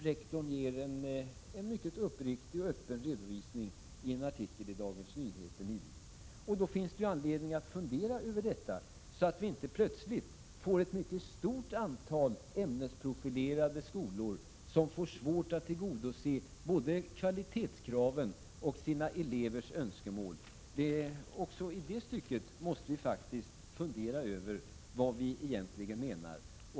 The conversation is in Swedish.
Rektorn ger en mycket uppriktig och öppen redovisning i en artikel i Dagens Nyheter. Därför finns det anledning att fundera över detta, så att vi inte plötsligt får ett mycket stort antal ämnesprofilerade skolor som får svårt att tillgodose både kvalitetskraven och sina elevers önskemål. Även i detta sammanhang måste vi faktiskt fundera över vad vi egentligen menar.